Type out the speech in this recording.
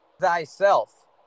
thyself